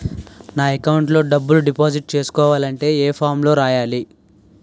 నా అకౌంట్ లో డబ్బులు డిపాజిట్ చేసుకోవాలంటే ఏ ఫామ్ లో రాయాలి?